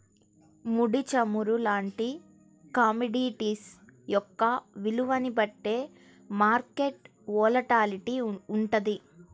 ముడి చమురు లాంటి కమోడిటీస్ యొక్క విలువని బట్టే మార్కెట్ వోలటాలిటీ వుంటది